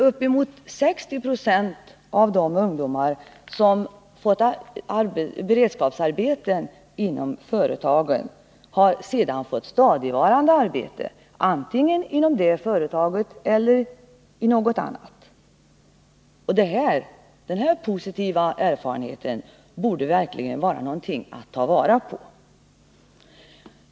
Uppemot 60 96 av de ungdomar som fått beredskapsarbete inom företagen har sedan fått stadigvarande arbete, antingen inom samma företag eller i något annat. Den här positiva erfarenheten borde verkligen vara någonting att ta vara på.